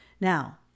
Now